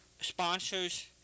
Sponsors